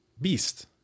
beast